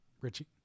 Richie